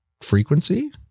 frequency